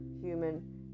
human